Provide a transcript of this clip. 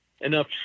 enough